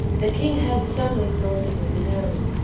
the king had some resources of his own.